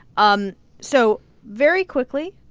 um so very quickly,